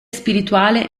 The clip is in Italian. spirituale